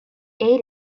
ate